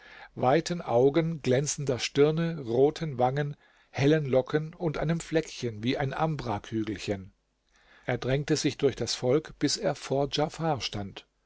weiten augen glänzender stirne roten wangen hellen locken und einem fleckchen wie ein ambrakügelchen er drängte sich durch das volk bis er vor djafar stand